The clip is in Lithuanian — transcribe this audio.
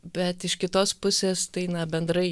bet iš kitos pusės tai na bendrai